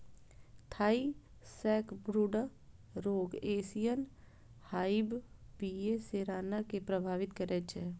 Thai sacbrood रोग Asian hive B A सेराना कें प्रभावित करै छै